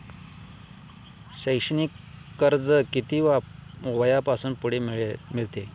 शैक्षणिक कर्ज किती वयापासून पुढे मिळते?